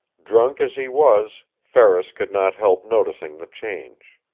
drunk as he was ferris could not help noticing the change.